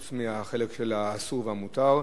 חוץ מהחלק של האסור והמותר.